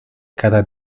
cada